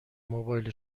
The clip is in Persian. موبایل